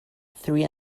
three